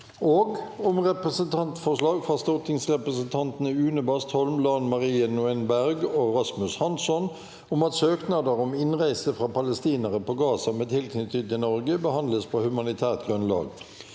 Representantforslag fra stortingsrepresen- tantene Une Bastholm, Lan Marie Nguyen Berg og Ras- mus Hansson om at søknader om innreise fra palestinere på Gaza med tilknytning til Norge behandles på humani- tært grunnlag